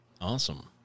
Awesome